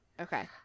Okay